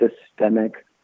systemic